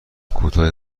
کوتاه